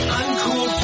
uncool